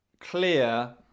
clear